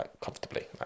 comfortably